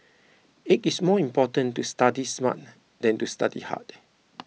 it is more important to study smart than to study hard